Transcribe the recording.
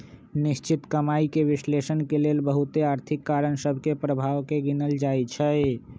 निश्चित कमाइके विश्लेषण के लेल बहुते आर्थिक कारण सभ के प्रभाव के गिनल जाइ छइ